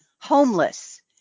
Homeless